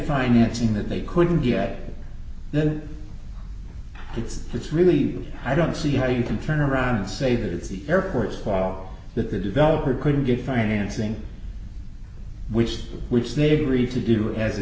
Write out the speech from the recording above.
financing that they couldn't get the bits which really i don't see how you can turn around and say that it's the airports call that the developer couldn't get financing which which they agreed to do as a